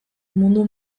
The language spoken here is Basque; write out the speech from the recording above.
mundu